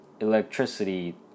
electricity